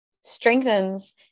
strengthens